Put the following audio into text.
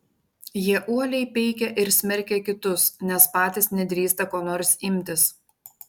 jie uoliai peikia ir smerkia kitus nes patys nedrįsta ko nors imtis